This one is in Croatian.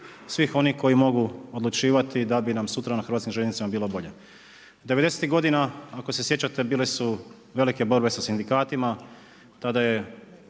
svih onih koji mogu odlučivati da bi nam sutra na hrvatskim željeznicama bilo bolje. Devedesetih godina ako se sjećate bile su velike borbe sa sindikatima, tada je